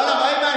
איימן,